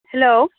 hello